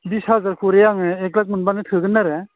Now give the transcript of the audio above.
बिस हाजार खरि आङो एक लाख मोनब्लानो थोगोन आरो